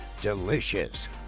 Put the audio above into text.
delicious